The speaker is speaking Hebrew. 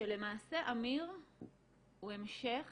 שלמעשה אמיר הוא המשך